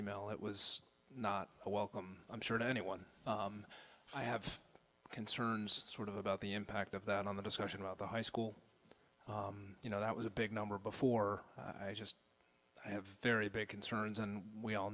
e mail it was not a welcome i'm sure to anyone i have concerns sort of about the impact of that on the discussion about the high school you know that was a big number before i just have very big concerns and we all